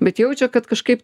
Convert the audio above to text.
bet jaučia kad kažkaip